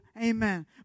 amen